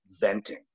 venting